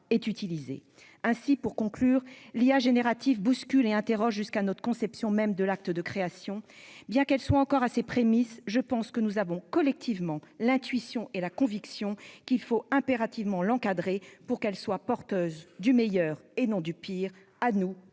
Ainsi, l'IA générative bouscule et interroge jusqu'à notre conception même de l'acte de création. Bien qu'elle en soit encore à ses prémices, il me semble que nous partageons l'intuition et la conviction qu'il nous faut impérativement l'encadrer, de sorte qu'elle soit porteuse du meilleur et non du pire. À nous de